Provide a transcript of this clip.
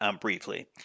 briefly